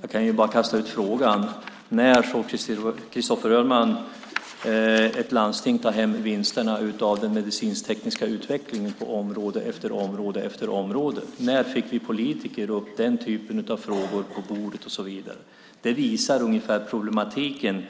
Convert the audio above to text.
Jag kan kasta ut en fråga: När såg Christopher Ödmann ett landsting ta hem vinsterna av den medicinsk-tekniska utvecklingen på olika områden? När fick vi politiker den typen av frågor att ta ställning till? Detta visar problematiken